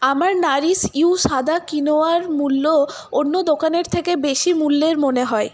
আমার নাারিশ ইউ সাদা কিনোয়ার মূল্য অন্য দোকানের থেকে বেশি মূল্যের মনে হয়